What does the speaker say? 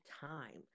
time